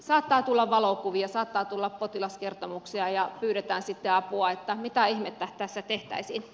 saattaa tulla valokuvia saattaa tulla potilaskertomuksia ja pyydetään sitten apua että mitä ihmettä tässä tehtäisiin